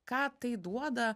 ką tai duoda